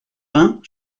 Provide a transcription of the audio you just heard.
vingt